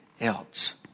else